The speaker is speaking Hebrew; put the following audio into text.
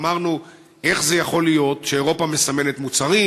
ואמרו: איך זה יכול להיות שאירופה מסמנת מוצרים?